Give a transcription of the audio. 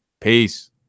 Peace